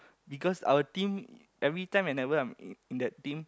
because our team every time and whenever I'm in that team